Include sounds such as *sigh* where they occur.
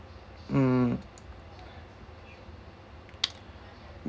mm *noise*